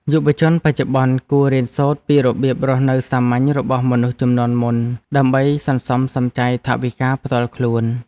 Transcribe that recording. យុវជនបច្ចុប្បន្នគួររៀនសូត្រពីរបៀបរស់នៅសាមញ្ញរបស់មនុស្សជំនាន់មុន ដើម្បីសន្សំសំចៃថវិកាផ្ទាល់ខ្លួន។